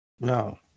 No